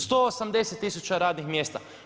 180 000 radnih mjesta.